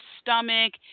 stomach